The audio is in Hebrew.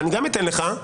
אני גם אתן לך,